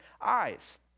eyes